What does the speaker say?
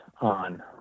on